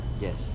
Yes